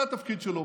זה התפקיד שלו.